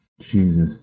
Jesus